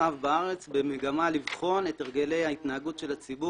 הרחב בארץ במגמה לבחון את הרגלי ההתנהגות של הציבור